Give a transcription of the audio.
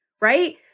right